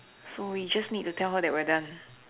so we just need to tell her that we're done